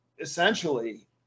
Essentially